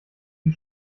die